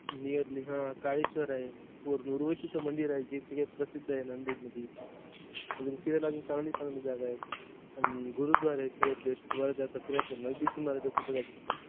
nearly हां काळेश्वर आहे उर उर्वशीचं मंदिर आहे जे सगळ्यात प्रसिद्ध आहे नांदेडमध्ये अजून फिरायला अजून चांगली चांगली जागा आहेत आणि गुरुद्वारा आहे सगळ्यात बेस्ट तुम्हाला ते आता फिरायचं अगदी तुम्हाला जसं फिरायचं तसं